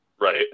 Right